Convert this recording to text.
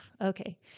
okay